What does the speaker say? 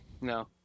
No